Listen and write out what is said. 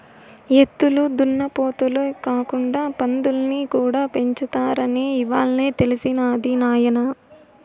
ఎద్దులు దున్నపోతులే కాకుండా పందుల్ని కూడా పెంచుతారని ఇవ్వాలే తెలిసినది నాయన